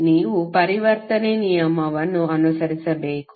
ನೀವು ಪರಿವರ್ತನೆ ನಿಯಮವನ್ನು ಅನುಸರಿಸಬೇಕು